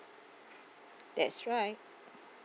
that's right